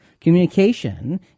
Communication